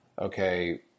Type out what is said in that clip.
okay